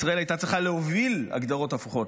ישראל הייתה צריכה להוביל הגדרות הפוכות.